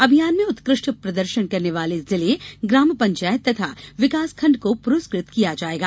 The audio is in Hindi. अभियान में उत्कृष्ट प्रदर्शन करने वाले जिले ग्राम पंचायत तथा विकासखंड को पुरस्कृत किया जायेगा